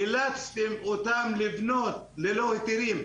אילצתם אותם לבנות ללא היתרים.